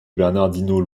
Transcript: bernardino